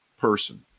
person